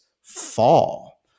Fall